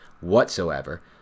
whatsoever